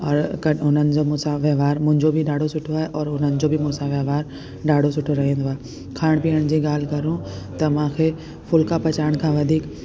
और गॾु उननि जो मूसां व्यवहारु मुंहिंजो बि ॾाढो सुठो आहे और हुननि जो बि मूसां व्यवहारु ॾाढो सुठो रहींदो आहे खाइण पीअण जी ॻाल्हि कयूं त मूंखे फुलका पचाइण खां वधीक